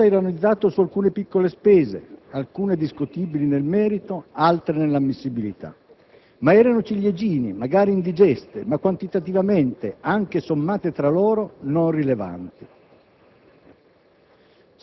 La minoranza ha ironizzato su alcune piccole spese, alcune discutibili nel merito, altre nell'ammissibilità, ma erano ciliegine, magari indigeste, ma quantitativamente, anche sommate tra loro, non rilevanti.